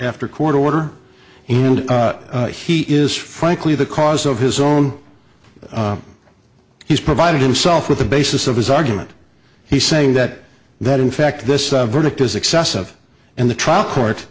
after court order and he is frankly the cause of his own he's provided himself with the basis of his argument he's saying that that in fact this verdict is excessive and the trial court